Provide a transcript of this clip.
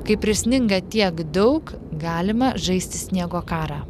kai prisninga tiek daug galima žaisti sniego karą